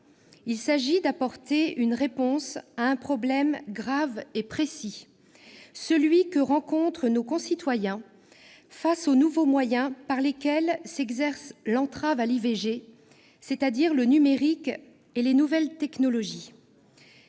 Il s'agit d'apporter une réponse à un problème grave et précis, celui que rencontrent nos concitoyens, parmi eux nos enfants, nos proches, face aux nouveaux moyens par lesquels s'exerce l'entrave à l'IVG, c'est-à-dire le numérique et les nouvelles technologies.